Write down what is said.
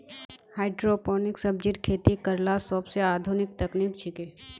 hydroponic सब्जिर खेती करला सोबसे आधुनिक तकनीक छिके